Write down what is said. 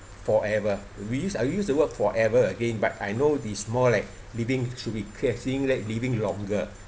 forever we use I use the word forever again but I know it's more like living should be clear seeing like living longer